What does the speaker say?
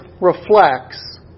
reflects